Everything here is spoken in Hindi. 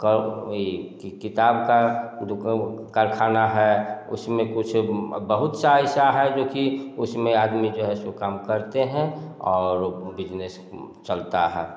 कब वही कि किताब की दुकान वो कारख़ाना है उस में कुछ बहुत सा ऐसे हैं जो कि उस में आदमी जो है सो काम करते हैं और बिजनेस चलता है